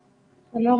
שלום,